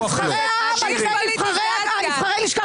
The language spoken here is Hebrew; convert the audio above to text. אחרי 70 שנה שמונו החברים שלכם,